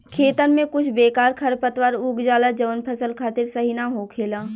खेतन में कुछ बेकार खरपतवार उग जाला जवन फसल खातिर सही ना होखेला